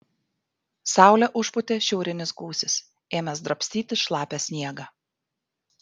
saulę užpūtė šiaurinis gūsis ėmęs drabstyti šlapią sniegą